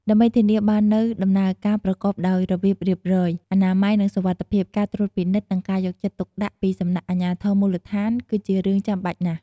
ដើម្បីធានាបាននូវដំណើរការប្រកបដោយរបៀបរៀបរយ អនាម័យ និងសុវត្ថិភាព ការត្រួតពិនិត្យ និងការយកចិត្តទុកដាក់ពីសំណាក់អាជ្ញាធរមូលដ្ឋាន គឺជារឿងចាំបាច់ណាស់។